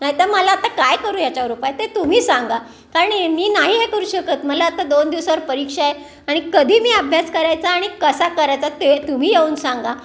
नाही तर मला आता काय करू याच्यावर ते तुम्ही सांगा कारण मी नाही हे करू शकत मला आता दोन दिवसावर परीक्षा आहे आणि कधी मी अभ्यास करायचा आणि कसा करायचा ते तुम्ही येऊन सांगा